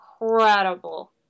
incredible